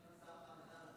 השר חמד עמאר,